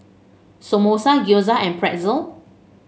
Samosa Gyoza and Pretzel